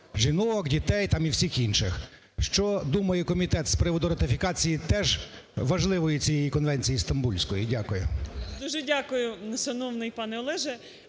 жінок, дітей, там і всіх інших. Що думає комітет з приводу ратифікації теж важливої цієї конвенції Стамбульської? Дякую. 11:00:40 ГОПКО Г.М. Дуже дякую, шановний пане Олеже.